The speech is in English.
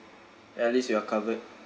then at least you are covered